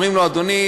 אומרים לו: אדוני,